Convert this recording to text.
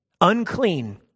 Unclean